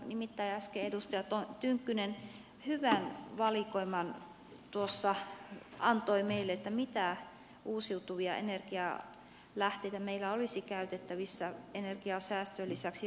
nimittäin äsken edustaja tynkkynen antoi meille hyvän valikoiman siitä mitä uusiutuvia energianlähteitä meillä olisi käytettävissä energiansäästön lisäksi joilla voitaisiin korvata ydinvoima